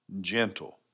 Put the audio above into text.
gentle